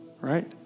Right